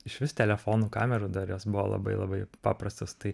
išvis telefonų kamerų dar jos buvo labai labai paprastos tai